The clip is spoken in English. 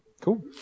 Cool